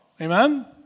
Amen